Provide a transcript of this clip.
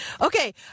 Okay